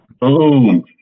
Boom